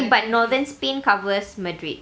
eh but northern spain covers madrid